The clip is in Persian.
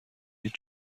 هیچ